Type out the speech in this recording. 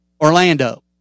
orlando